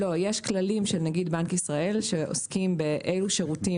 יש כללים של נגיד בנק ישראל שעוסקים באילו שירותים